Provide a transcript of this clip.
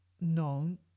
known